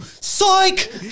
Psych